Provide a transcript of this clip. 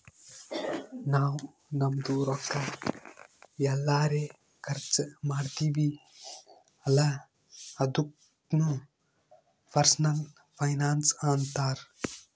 ನಾವ್ ನಮ್ದು ರೊಕ್ಕಾ ಎಲ್ಲರೆ ಖರ್ಚ ಮಾಡ್ತಿವಿ ಅಲ್ಲ ಅದುಕ್ನು ಪರ್ಸನಲ್ ಫೈನಾನ್ಸ್ ಅಂತಾರ್